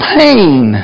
pain